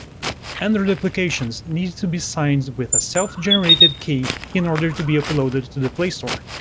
android applications need to be signed with a self-generated key in order to be uploaded to the play store.